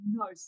no